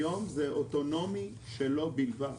היום זה אוטונומי שלו בלבד.